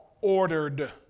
ordered